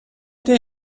der